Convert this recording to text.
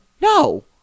no